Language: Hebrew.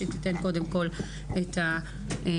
שתיתן קודם כל את ההקדמה.